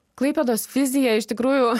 klaipėdos vizija iš tikrųjų